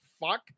fuck